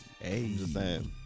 Hey